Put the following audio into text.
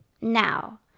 Now